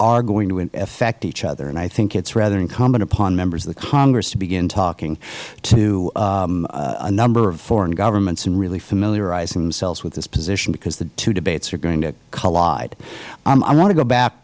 are going to affect each other and i think it is rather incumbent upon members of the congress to begin talking to a number of foreign governments and really familiarizing themselves with this position because the two debates are going to collide i want to go back